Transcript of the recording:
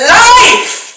life